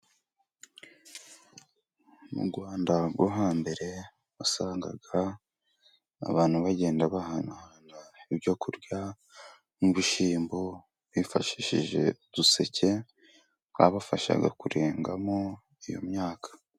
Mu Rwanda rwo hambere wasangaga abantu bagenda bahanahana ibyo kurya, nk'ibishyimbo bifashishije uduseke, twabafashaga kurengamo iyo myaka.